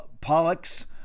Pollock's